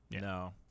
No